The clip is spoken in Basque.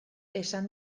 esan